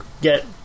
get